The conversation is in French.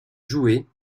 joués